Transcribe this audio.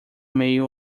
meio